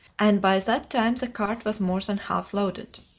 and by that time the cart was more than half loaded.